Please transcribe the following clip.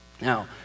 Now